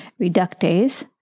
reductase